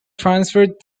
transferred